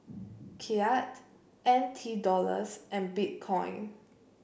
Kyat N T Dollars and Bitcoin